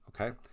Okay